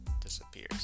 disappears